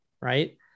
right